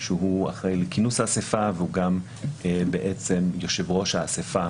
אחראי לכינוס האסיפה והוא גם יושב ראש האסיפה